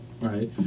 right